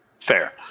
Fair